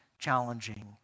challenging